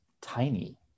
tiny